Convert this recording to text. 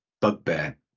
bugbear